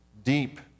deep